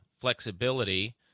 flexibility